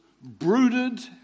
brooded